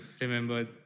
remember